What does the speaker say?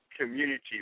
community